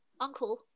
uncle